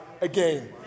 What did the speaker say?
again